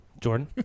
Jordan